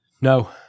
No